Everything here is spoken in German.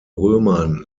römern